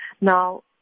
Now